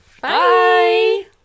bye